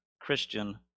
Christian